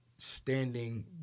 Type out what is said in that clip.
standing